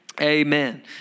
Amen